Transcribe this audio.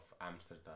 Amsterdam